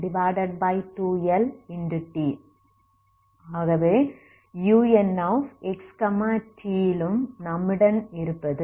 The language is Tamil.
இதுவே unxt யிலும் நம்மிடம் இருப்பது